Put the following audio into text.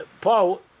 Paul